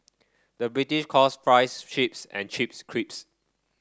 the British calls fries chips and chips crisps